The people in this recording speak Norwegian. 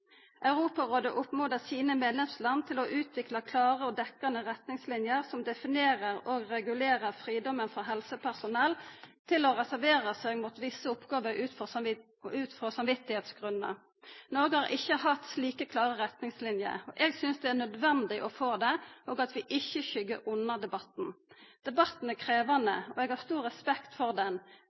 Europarådet oppmodar sine medlemsland til å utvikla klare og dekkjande retningslinjer som definerer og regulerer fridomen for helsepersonell til å reservera seg mot visse oppgåver ut frå samvitsgrunnar. Noreg har ikkje hatt slike klare retningslinjer. Eg synest det er nødvendig å få det, og at vi ikkje skyggjer unna debatten. Debatten er krevjande, og eg har stor respekt for